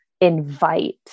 invite